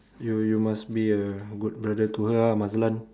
you you must a good brother to her ah Mazlan